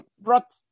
brought